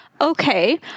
Okay